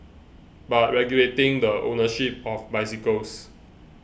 but regulating the ownership of bicycles